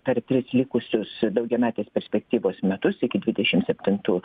per tris likusius daugiametės perspektyvos metus iki dvidešim septintų